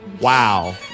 wow